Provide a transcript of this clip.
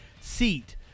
seat